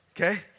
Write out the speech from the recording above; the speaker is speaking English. Okay